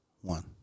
one